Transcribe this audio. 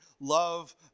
love